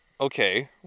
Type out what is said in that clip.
okay